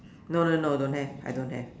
no no no don't have I don't have